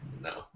No